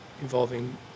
involving